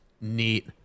Neat